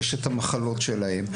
שיש את המחלות שלהן.